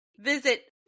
visit